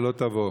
שלא תבוא.